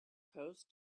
post